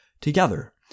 together